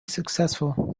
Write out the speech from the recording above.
successful